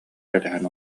кэтэһэн